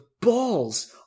balls